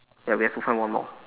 ya we have to find one more